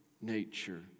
nature